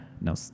No